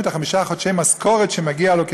את חמישה חודשי המשכורת שמגיעים לו כמורה,